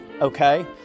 okay